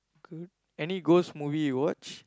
good any ghost movie you watch